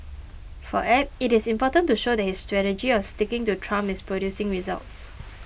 for Abe it is important to show that his strategy of sticking to Trump is producing results